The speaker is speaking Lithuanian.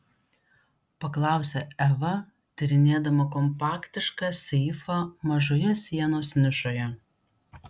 paklausė eva tyrinėdama kompaktišką seifą mažoje sienos nišoje